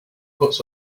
puts